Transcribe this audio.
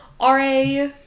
RA